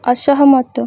ଅସହମତ